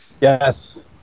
Yes